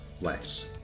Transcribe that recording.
less